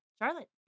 Charlotte